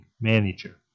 manager